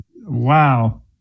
wow